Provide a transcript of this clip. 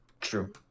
true